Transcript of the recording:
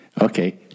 Okay